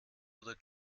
oder